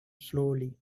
slowly